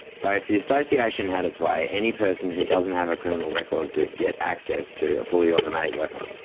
so if the association had its way, any person who doesn't have a criminal record could get access to a fully automatic weapon?